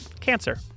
Cancer